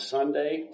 Sunday